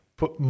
put